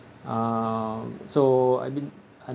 um so I mean I'm